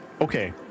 Okay